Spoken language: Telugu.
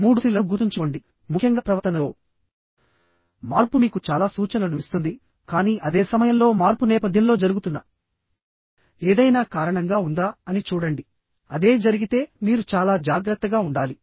మూడు సి లను గుర్తుంచుకోండి ముఖ్యంగా ప్రవర్తనలో మార్పు మీకు చాలా సూచనలను ఇస్తుందికానీ అదే సమయంలో మార్పు నేపథ్యంలో జరుగుతున్న ఏదైనా కారణంగా ఉందా అని చూడండి అదే జరిగితే మీరు చాలా జాగ్రత్తగా ఉండాలి